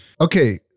okay